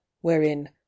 wherein